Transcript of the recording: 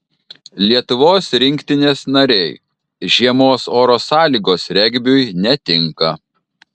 lietuvos rinktinės nariai žiemos oro sąlygos regbiui netinka